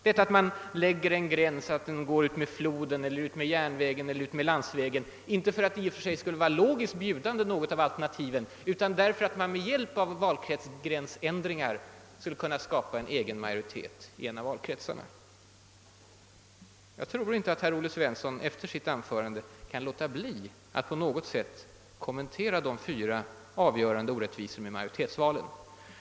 Antag att man skall avgöra om gränsen skall gå utmed floden, järnvägen eller landsvägen! Ingen lösning är i och för sig logiskt bjudande. Men med hjälp av valkretsgränsändringar kan man skapa en egen majoritet i en av valkretsarna. Jag tror inte att herr Svensson i Eskilstuna efter sitt anförande här kan underlåta att på något sätt kommentera de fyra avgörande orättvisorna i majoritetsvalen.